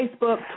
Facebook